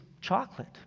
chocolate